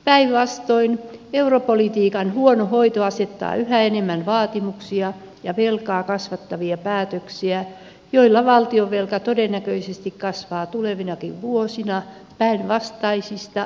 päinvastoin europolitiikan huono hoito asettaa yhä enemmän vaatimuksia ja velkaa kasvattavia päätöksiä joilla valtionvelka todennäköisesti kasvaa tulevinakin vuosina päinvastaisista toiveista huolimatta